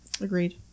agreed